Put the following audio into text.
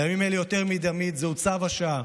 בימים אלה יותר מתמיד זהו צו השעה,